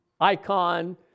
icon